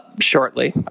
shortly